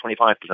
25%